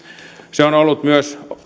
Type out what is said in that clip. se on ollut myös